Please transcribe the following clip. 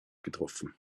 getroffen